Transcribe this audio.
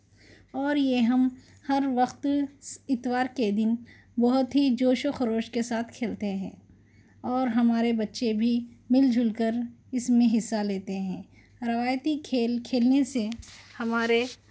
اور یہ ہم ہر وقت اتوار کے دن بہت ہی جوش و خروش کے ساتھ کھیلتے ہیں اور ہمارے بچے بھی مل جل کر اس میں حصہ لیتے ہیں روایتی کھیل کھیلنے سے ہمارے